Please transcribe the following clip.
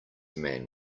man